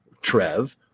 Trev